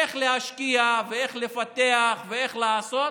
איך להשקיע ואיך לפתח ואיך לעשות,